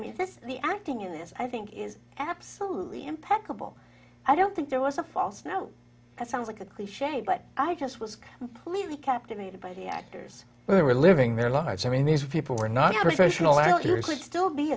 mean the acting in this i think is absolutely impeccable i don't think there was a false no that sounds like a cliche but i just was completely captivated by the actors who were living their lives i mean these people were not